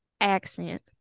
accent